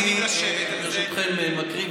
אני ברשותכם מקריא,